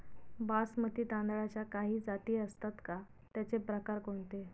बासमती तांदळाच्या काही जाती असतात का, त्याचे प्रकार कोणते?